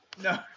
No